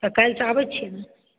तऽ काल्हिसँ आबै छी ने